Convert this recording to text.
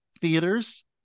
theaters